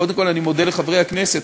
קודם כול, אני מודה לחברי הכנסת.